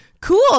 cool